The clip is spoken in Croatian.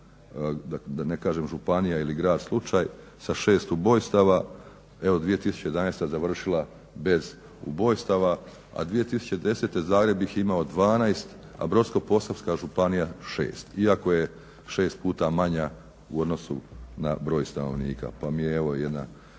da ne kažem županija ili grad slučaj sa 6 ubojstava, evo 2011. završila bez ubojstava, a 2010. Zagreb ih je imao 12, a Brodsko-posavska županija 6 iako je 6 puta manja u odnosu na broj stanovnika. Pa mi je evo jedna